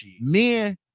Men